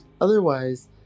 otherwise